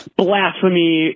blasphemy